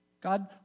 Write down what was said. God